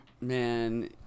man